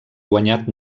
guanyat